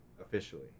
officially